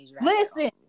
listen